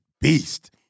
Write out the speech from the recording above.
beast